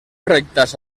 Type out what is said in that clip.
rectas